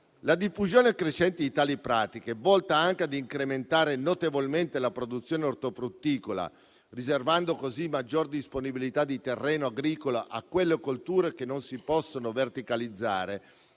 La diffusione crescente di tali pratiche, volta anche a incrementare notevolmente la produzione ortofrutticola, riservando così maggiore disponibilità di terreno agricolo a quelle colture che non si possono verticalizzare,